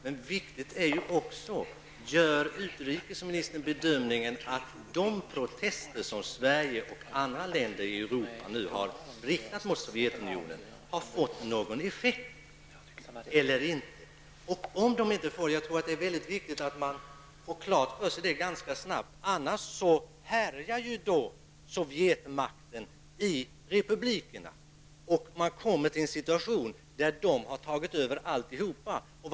Men viktigt är också: Gör utrikesministern den bedömningen att de protester som Sverige och andra länder i Europa nu riktar mot Sovjetunionen har fått någon effekt? Om de inte får någon effekt, tror jag att det är väldigt viktigt att man ganska snart får detta klart för sig. Annars härjar Sovjetmakten i republikerna, och man kommer till en situation där Sovjetmakten tagit över alltsammans.